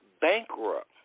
bankrupt